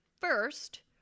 First